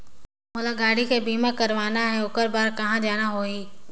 मोला गाड़ी के बीमा कराना हे ओकर बार कहा जाना होही?